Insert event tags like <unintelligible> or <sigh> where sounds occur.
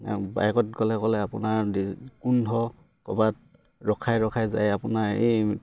বাইকত গ'লে গ'লে আপোনাৰ <unintelligible> ক'বাত ৰখাই ৰখাই যায় আপোনাৰ এই